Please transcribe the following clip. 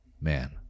Man